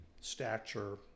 stature